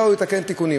ובאה לתקן תיקונים.